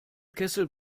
kessel